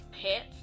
pets